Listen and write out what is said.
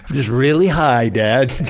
just really high, dad.